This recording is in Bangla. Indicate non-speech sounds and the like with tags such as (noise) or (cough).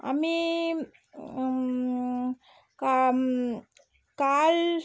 আমি (unintelligible) কাল